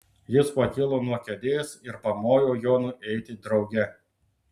jis pakilo nuo kėdės ir pamojo jonui eiti drauge